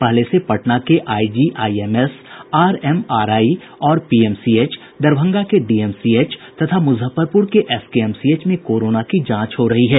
पहले से पटना के आईजीआईएमएस आरएमआरआई और पीएमसीएच दरभंगा के डीएमसीएच तथा मुजफ्फरपुर के एसकेएमसीएच में कोरोना की जांच हो रही है